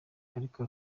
ariko